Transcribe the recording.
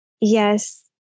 Yes